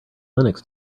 linux